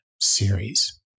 series